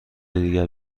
دیگر